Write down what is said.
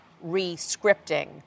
re-scripting